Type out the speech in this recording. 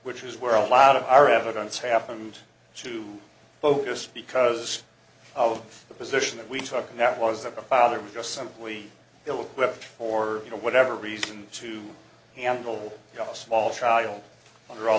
which is where a lot of our evidence happened to focus because of the position that we took and that was a father just simply ill equipped for whatever reason to handle a small child under all